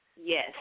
yes